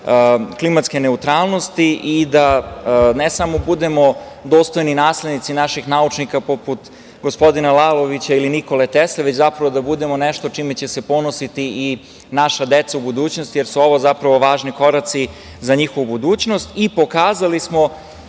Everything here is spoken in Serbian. klimatske neutralnosti i da ne samo budemo dostojni naslednici naših naučnika poput gospodina Lalovića ili Nikole Tesle, već zapravo da budemo nešto čime će se ponositi i naša deca u budućnosti, jer su ovo zapravo važni koraci za njihovu budućnost i pokazali smo